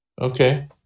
Okay